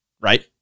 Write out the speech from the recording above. right